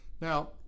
Now